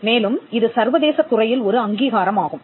மேலும் இது சர்வதேச துறையில் ஒரு அங்கீகாரம் ஆகும்